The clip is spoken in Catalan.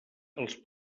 els